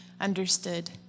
understood